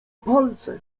palce